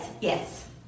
Yes